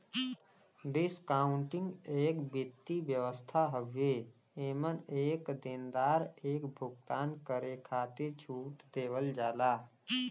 discounting एक वित्तीय व्यवस्था हउवे एमन एक देनदार एक भुगतान करे खातिर छूट देवल जाला